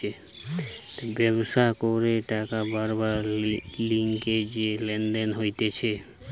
ব্যবসা করে টাকা বারবার লিগে যে লেনদেন হতিছে